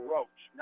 Roach